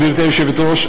גברתי היושבת-ראש,